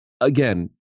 Again